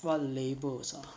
what labels are